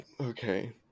okay